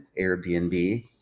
Airbnb